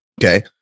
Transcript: okay